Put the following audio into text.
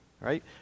right